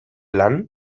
lan